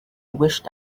wished